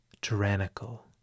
tyrannical